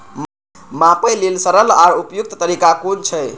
मापे लेल सरल आर उपयुक्त तरीका कुन छै?